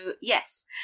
yes